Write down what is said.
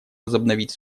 возобновить